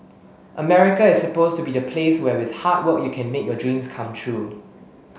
America is supposed to be the place where with hard work you can make your dreams come true